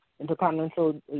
Intercontinental